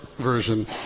version